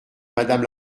madame